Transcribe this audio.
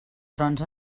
trons